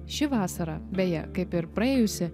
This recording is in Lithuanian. ši vasara beje kaip ir praėjusi